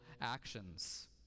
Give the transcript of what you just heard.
actions